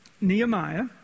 Nehemiah